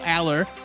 Aller